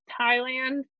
Thailand